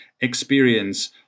experience